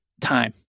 time